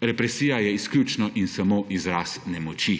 represija je izključno in samo izraz nemoči